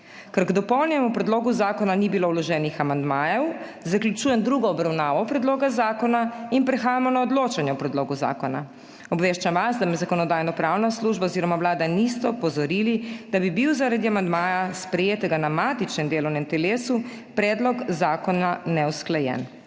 Ker k dopolnjenemu predlogu zakona ni bilo vloženih amandmajev, zaključujem drugo obravnavo predloga zakona. Prehajamo na odločanje o predlogu zakona. Obveščam vas, da me Zakonodajno-pravna služba oziroma Vlada nista opozorili, da bi bil zaradi amandmaja, sprejetega na matičnem delovnem telesu, predlog zakona neusklajen.